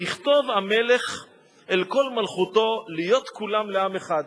"ויכתוב המלך אל כל מלכותו להיות כולם לעם אחד".